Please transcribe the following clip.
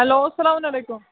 hello السلام علیکُم